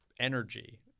energy